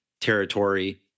territory